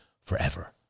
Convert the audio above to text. forever